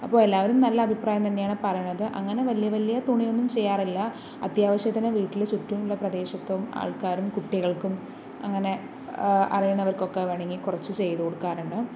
അപ്പോൾ എല്ലാവരും നല്ല അഭിപ്രായം തന്നെയാണ് പറയണത് അങ്ങനെ വല്യ വല്യ തുണിയൊന്നും ചെയ്യാറില്ല അത്യാവശ്യത്തിനു വീട്ടിനു ചുറ്റുമുള്ള പ്രദേശത്തും ആൾക്കാരും കുട്ടികൾക്കും അങ്ങനെ അറിയുന്നവർക്കൊക്കെ വേണമെങ്കിൽ കുറച്ച് ചെയ്തു കൊടുക്കാറുണ്ട്